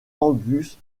angus